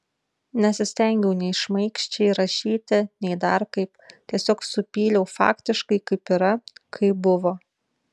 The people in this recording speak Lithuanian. nesistengiau nei šmaikščiai rašyti nei dar kaip tiesiog supyliau faktiškai kaip yra kaip buvo